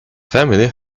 family